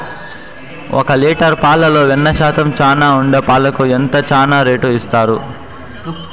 ఒక లీటర్ పాలలో వెన్న శాతం చానా ఉండే పాలకు ఎంత చానా రేటు ఇస్తారు?